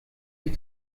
die